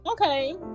Okay